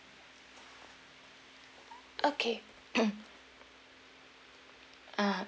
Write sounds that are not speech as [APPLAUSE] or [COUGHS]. okay [COUGHS] ah